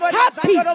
happy